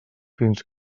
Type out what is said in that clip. fins